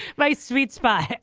my sweet spot